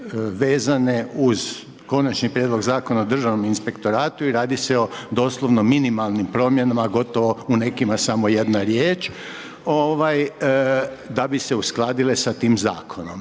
vezane uz Konačni prijedlog Zakona o Državnom inspektoratu i radi se o doslovno minimalnim promjenama, gotovo u nekima samo jedna riječ da bi se uskladile sa tim zakonom.